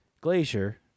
glacier